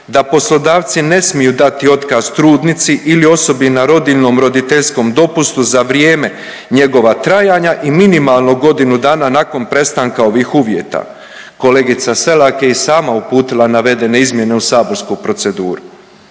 da poslodavci ne smiju dati otkaz trudnici ili osobi na rodiljnom, roditeljskom dopustu za vrijeme njegova trajanja i minimalno godinu dana nakon prestanka ovih uvjeta. Kolegica Selak je i sam uputila navedene izmjene u saborsku proceduru.